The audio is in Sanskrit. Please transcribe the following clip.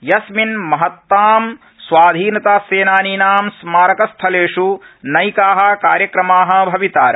यस्मिन् महतां स्वाधीनता सेनानीनां स्मारकस्थलेष् नैका कार्यक्रमा भवितार